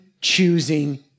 choosing